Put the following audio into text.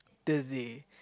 Thursday